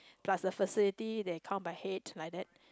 plus the facility they count by head like that